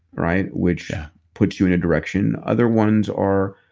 right? which puts you in a direction. other ones are.